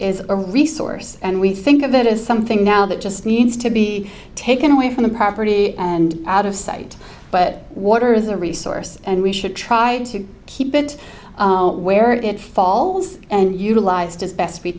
is a resource and we think of it as something now that just means to be taken away from the property and out of sight but water is a resource and we should try to keep it where it falls and utilized as best we